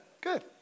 good